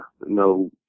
no